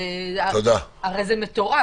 הרי זה מטורף.